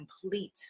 complete